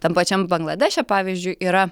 tam pačiam bangladeše pavyzdžiui yra